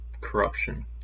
corruption